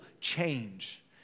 change